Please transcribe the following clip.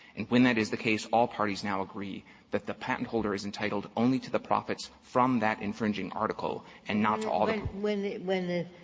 and when that is the case, all parties now agree that the patent-holder is entitled only to the profits from that infringing article and not to all ginsburg when the when the